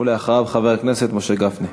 ואחריו חבר הכנסת משה גפני.